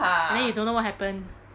and then you don't know what happened